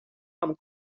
amb